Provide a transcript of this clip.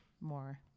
more